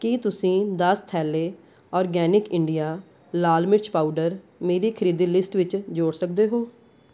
ਕੀ ਤੁਸੀਂ ਦਸ ਥੈਲੈ ਆਰਗੈਨਿਕ ਇੰਡੀਆ ਲਾਲ ਮਿਰਚ ਪਾਊਡਰ ਮੇਰੀ ਖਰੀਦੀ ਲਿਸਟ ਵਿੱਚ ਜੋੜ ਸਕਦੇ ਹੋ